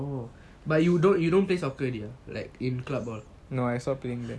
but you don't you don't play soccer already ah in club all